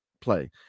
play